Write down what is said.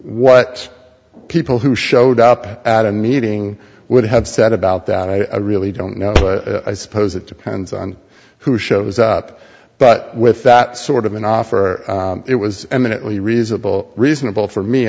what people who showed up at a meeting would have said about that i really don't know i suppose it depends on who shows up but with that sort of an offer it was eminently reasonable reasonable for me